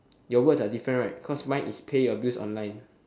your words are different right cause mine is pay your bills online